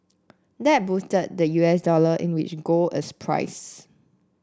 that boosted the U S dollar in which gold is priced